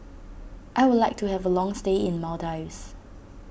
I would like to have a long stay in Maldives